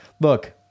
Look